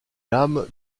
l’âme